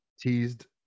teased